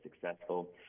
successful